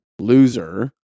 loser